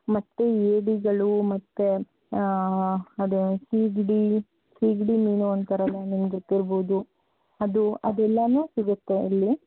ಮತ್ತೆ ಏಡಿಗಳು ಮತ್ತೆ ಅದೇ ಸೀಗಡಿ ಸೀಗಡಿ ಮೀನು ಅಂತಾರಲ್ಲ ನಿಮಗೆ ಗೊತ್ತಿರ್ಬೋದು ಅದು ಅದೆಲ್ಲಾನೂ ಸಿಗುತ್ತೆ ಇಲ್ಲಿ